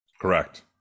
Correct